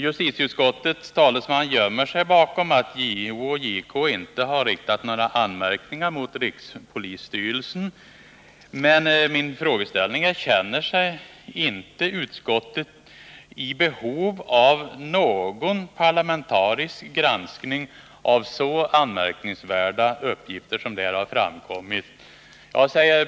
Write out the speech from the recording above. Justitieutskottets talesman gömmer sig bakom att JO och JK inte har riktat några anmärkningar mot rikspolisstyrelsen. Men min frågeställning är: Känner sig inte utskottet i behov av någon parlamentarisk granskning av så anmärkningsvärda uppgifter som där har framkommit?